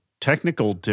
Technical